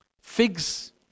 Figs